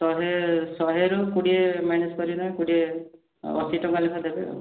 ଶହେ ଶହେରୁ କୋଡ଼ିଏ ମାଇନସ୍ କରିନେବେ କୋଡ଼ିଏ ଅଶୀ ଟଙ୍କା ଲେଖାଁ ଦେବେ ଆଉ